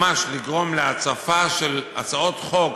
ממש לגרום להצפה של הצעות חוק